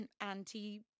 anti-